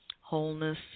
wholeness